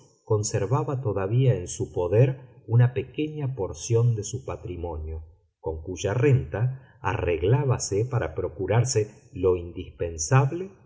conservaba todavía en su poder una pequeña porción de su patrimonio con cuya renta arreglábase para procurarse lo indispensable